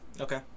Okay